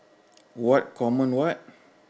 what common what